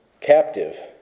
captive